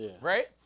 right